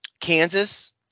Kansas